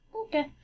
Okay